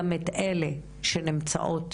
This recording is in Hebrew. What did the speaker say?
גם את אלה שנמצאות